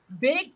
big